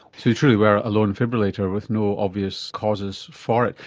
so you truly were a lone fibrillator with no obvious causes for it.